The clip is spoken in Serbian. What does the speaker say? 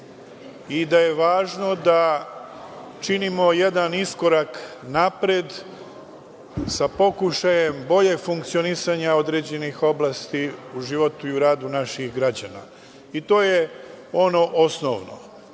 i da je važno da činimo jedan iskorak napred sa pokušajem boljeg funkcionisanja određenih oblasti u životu i radu naših građana. To je ono osnovno.